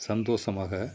சந்தோஷமாக